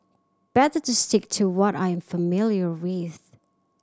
better to stick to what I am familiar with